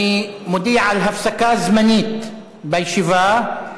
אני מודיע על הפסקה זמנית בישיבה.